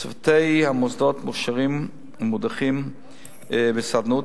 צוותי המוסדות מוכשרים ומודרכים בסדנאות